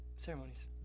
Ceremonies